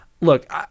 Look